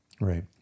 Right